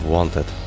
Wanted